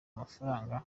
amafaranga